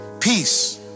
peace